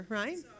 right